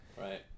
Right